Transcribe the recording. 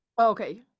Okay